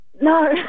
No